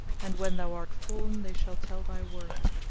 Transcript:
and when thou art fallen they shall tell thy worth.